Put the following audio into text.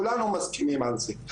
כולנו מסכימים על זה.